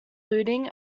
looting